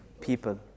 people